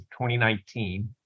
2019